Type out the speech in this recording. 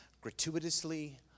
gratuitously